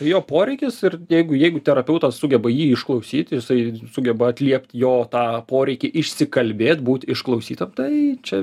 jo poreikis ir jeigu jeigu terapeutas sugeba jį išklausyti jisai sugeba atliept jo tą poreikį išsikalbėt būt išklausytam tai čia